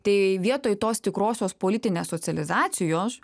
tai vietoj tos tikrosios politinės socializacijos